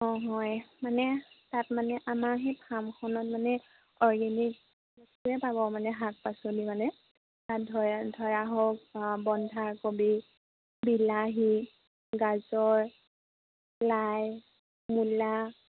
অঁ হয় মানে তাত মানে আমাৰ সেই ফাৰ্মখনত মানে অৰ্গেনিক বস্তুৱে পাব মানে শাক পাচলি মানে তাত ধৰা ধৰা হওক বন্ধাকবি বিলাহী গাজৰ লাই মূলা